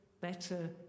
better